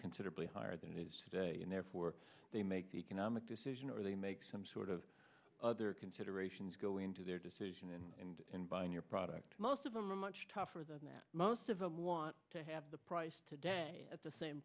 considerably higher than it is and therefore they make the economic decision or they make some sort of other considerations go into their decision and your product most of them are much tougher than that most of them want to have the price today at the same